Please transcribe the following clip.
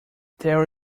there